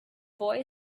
boy